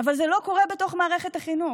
אבל זה לא קורה בתוך מערכת החינוך,